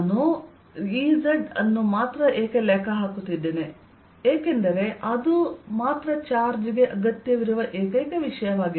ನಾನು Ez ಅನ್ನು ಮಾತ್ರ ಏಕೆ ಲೆಕ್ಕ ಹಾಕುತ್ತಿದ್ದೇನೆ ಎಂದರೆ ಅದು ಚಾರ್ಜ್ ಗೆ ಅಗತ್ಯವಿರುವ ಏಕೈಕ ವಿಷಯವಾಗಿದೆ